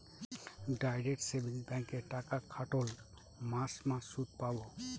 direct savings ব্যাঙ্কে টাকা খাটোল মাস মাস সুদ পাবো